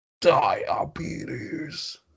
Diabetes